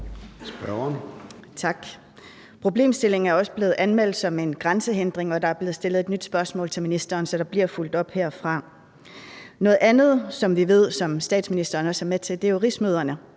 Problemstillingen er også blevet anmeldt som en grænsehindring, og der er blevet stillet et nyt spørgsmål til ministeren. Så der bliver fulgt op herfra. Noget andet, som vi ved statsministeren også er med til, er jo rigsmøderne,